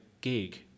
gig